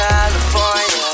California